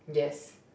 yes